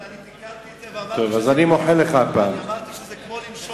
אבל תיקנתי ואמרתי שזה כמו לנשום,